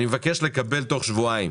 אני מבקש לקבל תוך שבועיים